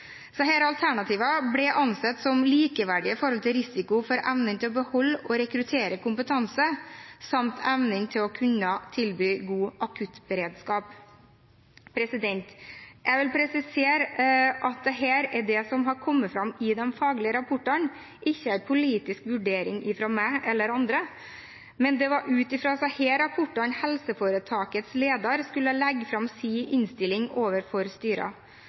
ble ansett som likeverdige med hensyn til risiko for evnen til å beholde og rekruttere kompetanse, samt evnen til å kunne tilby god akuttberedskap. Jeg vil presisere at dette er det som har kommet fram i de faglige rapportene, det er ikke en politisk vurdering fra meg eller andre. Men det var ut fra disse rapportene at helseforetakets leder skulle legge fram sin innstilling overfor